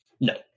No